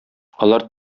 алар